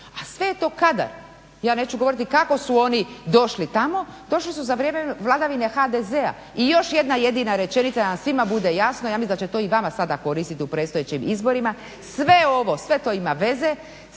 a sve je to kadar. Ja neću govoriti kako su oni došli tamo, došli su za vrijeme vladavine HDZ-a. I još jedna jedina rečenica da nam svima bude jasno, ja mislim da će to i vama sada koristiti u predstojećim izborima, sve ovo, sve to ima veze.